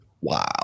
Wow